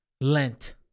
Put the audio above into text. Lent